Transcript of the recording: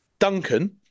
Duncan